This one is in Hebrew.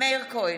מאיר כהן,